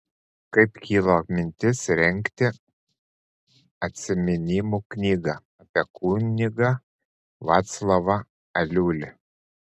kaip kilo mintis rengti atsiminimų knygą apie kunigą vaclovą aliulį